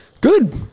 Good